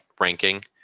ranking